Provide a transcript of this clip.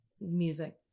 music